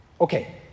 Okay